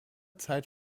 zeit